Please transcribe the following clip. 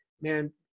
man